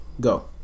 go